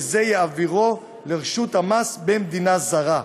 וזה יעבירו לרשות המס במדינה הזרה.